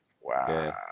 wow